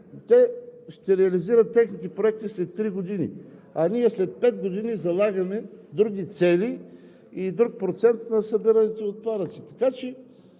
те ще реализират техните проекти след три години, а ние след пет години залагаме други цели и друг процент на събираните отпадъци!